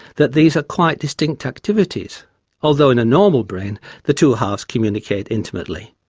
that these are quite distinct activities although in a normal brain the two halves communicate intimately.